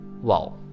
Wow